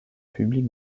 public